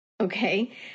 Okay